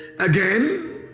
Again